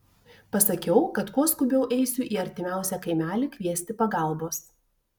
pasakiau kad kuo skubiau eisiu į artimiausią kaimelį kviesti pagalbos